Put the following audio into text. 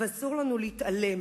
אבל אסור לנו להתעלם,